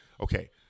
Okay